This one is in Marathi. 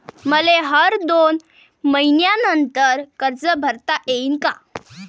मले हर दोन मयीन्यानंतर कर्ज भरता येईन का?